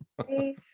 Okay